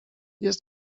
jest